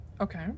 Okay